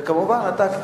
ומובן שאתה,